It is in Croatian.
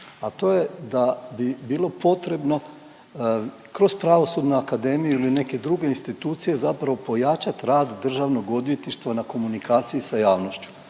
a to je da bi bilo potrebno kroz Pravosudnu akademiju ili neke druge institucije zapravo pojačat rad Državnog odvjetništva na komunikaciji sa javnošću.